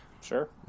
Sure